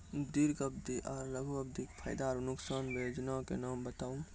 दीर्घ अवधि आर लघु अवधि के फायदा आर नुकसान? वयोजना के नाम बताऊ?